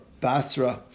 Basra